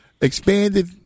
expanded